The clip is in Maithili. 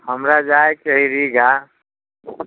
हमरा जाइके हय रीगा